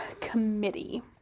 Committee